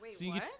Wait